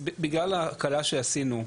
בגלל ההקלה שעשינו,